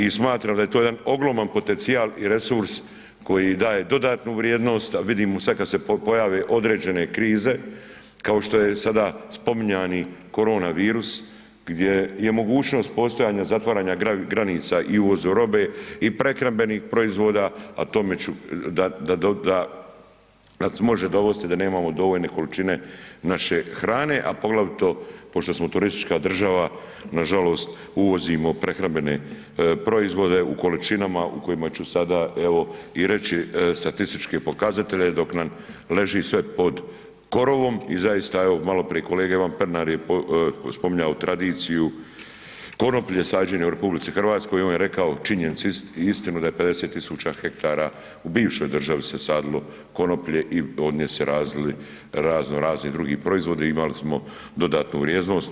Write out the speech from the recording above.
I smatram da je to jedan ogroman potencijal i resurs koji daje dodatnu vrijednost, a vidimo sad kad se pojave određene krize, kao što je sada spominjani koronavirus gdje je mogućnost postojanja zatvaranja granica i uvoz robe i prehrambenih proizvoda, a tome ću da, da doda, da može dovesti da nemamo dovoljne količine naše hrane, a poglavito pošto smo turistička država nažalost uvozimo prehrambene proizvode u količinama u kojima ću sada evo i reći statističke pokazatelje, dok nam leži sve pod korovom i zaista evo, maloprije kolega Ivan Pernar je spominjao tradiciju konoplje sađenje u RH i on je rekao činjenicu i istinu da je 50 000 hektara u bivšoj državi se sadilo konoplje i od nje se radili razno razni drugi proizvodi, imali smo dodatnu vrijednost.